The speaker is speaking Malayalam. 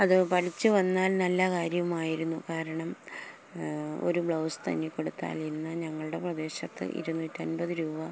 അത് പഠിച്ചുവന്നാൽ നല്ല കാര്യവുമായിരുന്നു കാരണം ഒരു ബ്ലൗസ് തുന്നിക്കൊടുത്താൽ ഇന്ന് ഞങ്ങളുടെ പ്രദേശത്ത് ഇരുന്നൂറ്റിയൻപത് രൂപ